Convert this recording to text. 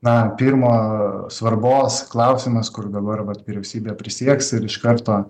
na pirmo svarbos klausimas kur dabar vat vyriausybė prisieks ir iš karto